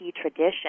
tradition